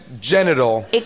genital